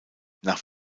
nach